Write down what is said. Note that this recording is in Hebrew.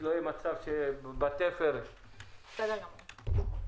שלא יהיה מצב שבתפר --- בסדר גמור.